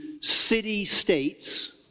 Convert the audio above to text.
city-states